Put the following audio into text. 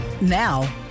now